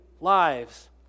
lives